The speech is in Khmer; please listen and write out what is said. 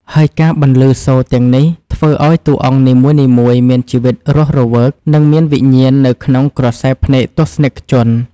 ហើយការបន្លឺសូរទាំងនេះ ធ្វើឱ្យតួអង្គនីមួយៗមានជីវិតរស់រវើក និងមានវិញ្ញាណនៅក្នុងក្រសែភ្នែកទស្សនិកជន។